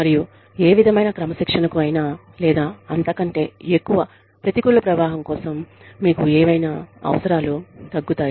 మరియు ఏ విధమైన క్రమశిక్షణకు ఐనా లేదా అంతకంటే ఎక్కువ ప్రతికూల ప్రవాహం కోసం మీకు ఏవైనా అవసరాలు తగ్గుతాయి